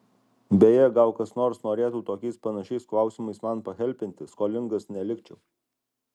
beje gal kas nors norėtų tokiais panašiais klausimais man pahelpinti skolingas nelikčiau